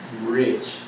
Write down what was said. rich